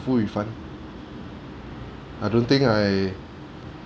~ull refund I don't think I